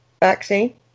vaccine